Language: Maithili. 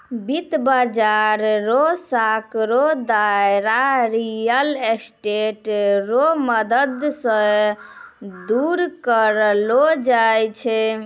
वित्त बाजार रो सांकड़ो दायरा रियल स्टेट रो मदद से दूर करलो जाय छै